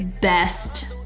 best